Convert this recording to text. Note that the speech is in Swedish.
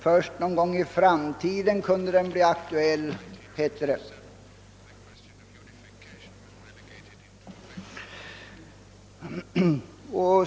Först någon gång i framtiden kan den bli aktuell, sade man då.